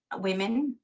women.